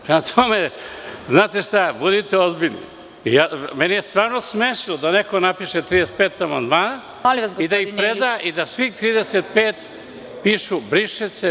Prema tome, znate šta, budite ozbiljni, meni je stvarno smešno da neko napiše 35 amandmana i da ih preda i da svih 35 pišu – briše se.